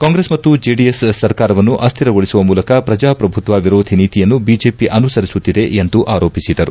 ಕಾಂಗ್ರೆಸ್ ಮತ್ತು ಜೆಡಿಎಸ್ ಸರ್ಕಾರವನ್ನು ಅಸ್ಕಿರಗೊಳಿಸುವ ಮೂಲಕ ಪ್ರಜಾ ಪ್ರಭುತ್ವ ವಿರೋಧಿ ನೀತಿಯನ್ನು ಬಿಜೆಪಿ ಅನುಸರಿಸುತ್ತಿದೆ ಎಂದು ಆರೋಪಿಸಿದರು